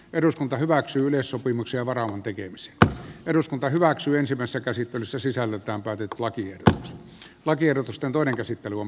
eduskunta hyväksyy myös sopimuksia varauman tekemisestä eduskunta hyväksyisi tässä käsittelyssä sisällöltään päädyt laki ja lakiehdotusten toinen käsittely on